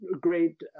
great